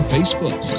Facebook